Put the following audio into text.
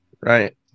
Right